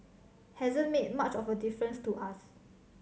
hasn't made much of a difference to us